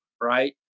right